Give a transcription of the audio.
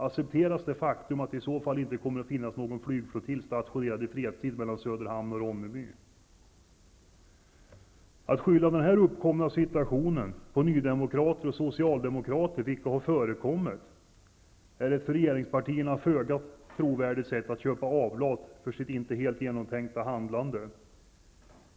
Accepteras det faktum att det i så fall inte kommer att finnas någon flygflottilj stationerad i fredstid mellan Söderhamn och Ronneby? Att skylla den uppkomna situationen på nydemokrater och socialdemokrater, vilket har förekommit, är ett för regeringspartierna föga trovärdigt sätt att köpa avlat för sitt inte helt genomtänkta handlande.